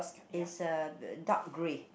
is a dark grey